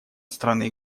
страны